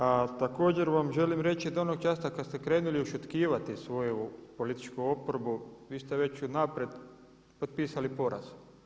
A također vam želim reći da onog časa kada ste krenuli ušutkivati svoju političku oporbu vi ste već unaprijed potpisali poraz.